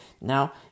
now